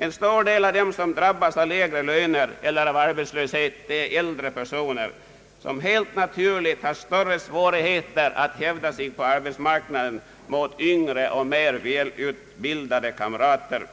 En stor del av dem som drabbas av lägre löner eller av arbetslöshet är äldre personer, som helt naturligt har större svårigheter att hävda sig på arbetsmarknaden mot yngre och mera välutbildade kamrater.